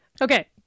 Okay